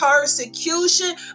persecution